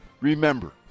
Remember